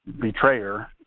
betrayer